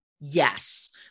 yes